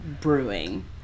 brewing